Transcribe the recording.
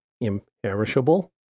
imperishable